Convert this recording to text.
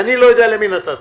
ואני לא יודע למי נתתי.